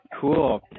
Cool